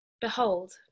behold